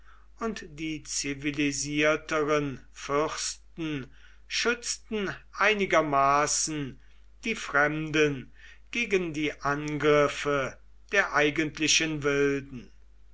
und die zivilisierteren fürsten schützten einigermaßen die fremden gegen die angriffe der eigentlichen wilden